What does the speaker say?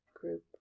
group